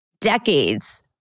decades